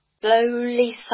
Slowly